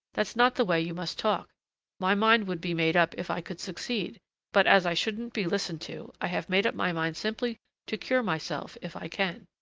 that's not the way you must talk my mind would be made up if i could succeed but as i shouldn't be listened to, i have made up my mind simply to cure myself if i can.